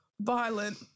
violent